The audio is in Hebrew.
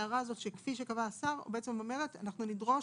ההערה הזאת, "כפי שקבע השר", אומרת: אנחנו נדרוש